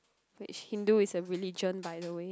which Hindu is a religion by the way